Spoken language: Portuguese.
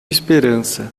esperança